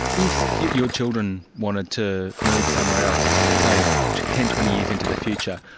if your children wanted to move somewhere else, say ten, twenty years into the future,